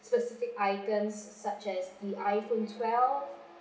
specific items such as the iPhone twelve